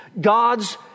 God's